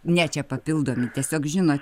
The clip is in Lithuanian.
ne čia papildomi tiesiog žinot